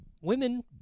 women